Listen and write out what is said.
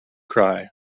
cry